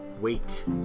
Wait